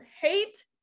hate